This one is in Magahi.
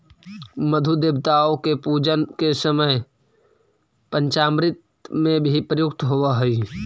मधु देवताओं के पूजन के समय पंचामृत में भी प्रयुक्त होवअ हई